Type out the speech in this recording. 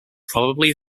probably